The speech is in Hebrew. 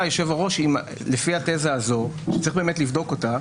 בהמשך --- לפי התזה הזו, שצריך לבדוק אותה,